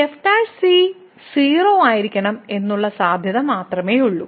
f ' 0 ആയിരിക്കണം എന്നുള്ള സാദ്ധ്യത മാത്രമേയുള്ളൂ